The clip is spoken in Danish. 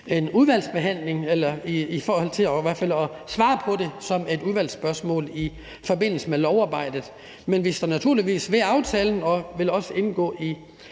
i udvalgsbehandlingen eller i hvert fald at svare på det som et udvalgsspørgsmål i forbindelse med lovarbejdet. Men vi står naturligvis ved aftalen, og vi vil også indgå i